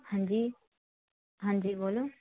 ਹਾਂਜੀ ਹਾਂਜੀ ਬੋਲੋ